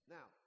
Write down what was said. Now